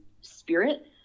spirit